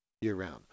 year-round